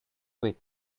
wait